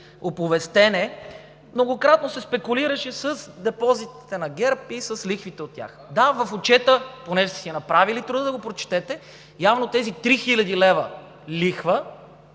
оповестен е. Многократно се спекулираше с депозитите на ГЕРБ и с лихвите от тях. Да, в отчета – понеже сте си направили труда да го прочетете – явно тези 3 хил. лв. лихва